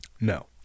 No